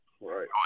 Right